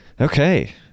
okay